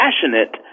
passionate